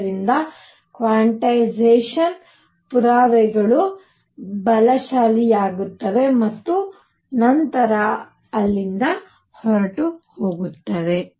ಆದ್ದರಿಂದ ಕ್ವಾಂಟೈಸೇಶನ್ ಪುರಾವೆಗಳು ಬಲಶಾಲಿಯಾಗುತ್ತವೆ ಮತ್ತು ನಂತರ ಅಲ್ಲಿಂದ ಹೊರಟು ಹೋಗುತ್ತವೆ